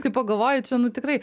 kai pagalvoji čia nu tikrai